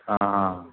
हां हां